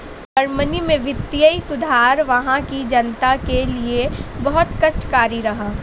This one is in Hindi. जर्मनी में वित्तीय सुधार वहां की जनता के लिए बहुत कष्टकारी रहा